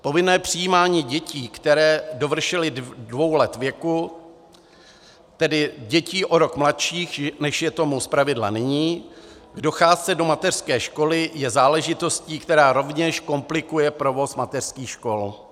Povinné přijímání dětí, které dovršily dvou let věku, tedy dětí o rok mladších, než je tomu zpravidla nyní, k docházce do mateřské školy je záležitostí, která rovněž komplikuje provoz mateřských škol.